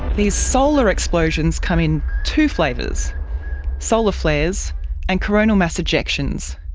these solar explosions come in two flavours solar flares and coronal mass ejections.